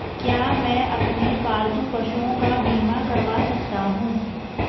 क्या मैं अपने पालतू पशुओं का बीमा करवा सकता हूं?